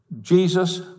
Jesus